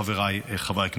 חבריי חברי הכנסת,